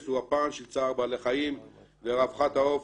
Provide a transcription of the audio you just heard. הוא הפער של צער בעלי חיים ורווחת העוף.